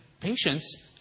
patients